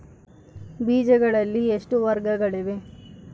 ಬೇಜಗಳಲ್ಲಿ ಎಷ್ಟು ವರ್ಗಗಳಿವೆ?